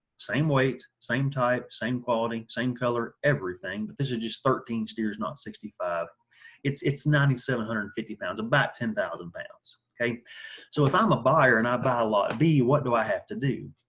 same weight, same type, same quality, same color, everything. but this is just thirteen steers not sixty five it's it's nine thousand seven hundred and fifty pounds about ten thousand pounds. so if i'm a buyer and i buy a lot of and b what do i have to do?